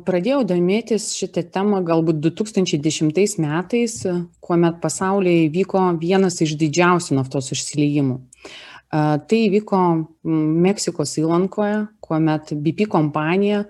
pradėjau domėtis šita tema galbūt du tūkstančiai dešimtais metais kuomet pasaulyje įvyko vienas iš didžiausių naftos išsiliejimų a tai įvyko meksikos įlankoje kuomet bipi kompanija